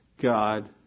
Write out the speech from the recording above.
God